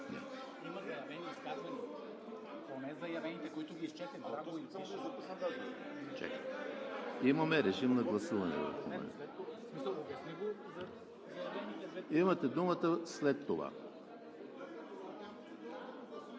Имате думата след това.